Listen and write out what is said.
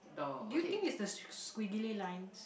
do you think is the s~ s~ squiggly lines